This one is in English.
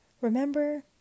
Remember